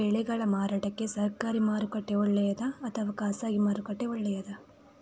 ಬೆಳೆಗಳ ಮಾರಾಟಕ್ಕೆ ಸರಕಾರಿ ಮಾರುಕಟ್ಟೆ ಒಳ್ಳೆಯದಾ ಅಥವಾ ಖಾಸಗಿ ಮಾರುಕಟ್ಟೆ ಒಳ್ಳೆಯದಾ